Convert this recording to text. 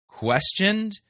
questioned